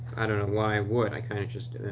i don't know why would? i kind of just did it